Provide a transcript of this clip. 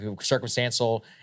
Circumstantial